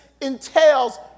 entails